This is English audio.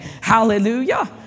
Hallelujah